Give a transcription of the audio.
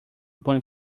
bond